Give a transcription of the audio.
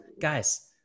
guys